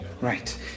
Right